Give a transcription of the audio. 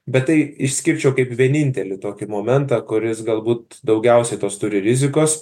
bet tai išskirčiau kaip vienintelį tokį momentą kuris galbūt daugiausiai tos turi rizikos